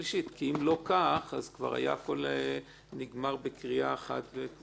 כי אם לא כך היה הכול נגמר בקריאה אחת וכו'.